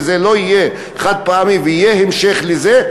שזה לא יהיה חד-פעמי ויהיה המשך לזה,